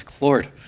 Lord